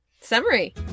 summary